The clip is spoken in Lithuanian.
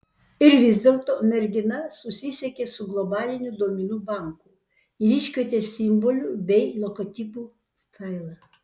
ir vis dėlto mergina susisiekė su globaliniu duomenų banku ir iškvietė simbolių bei logotipų failą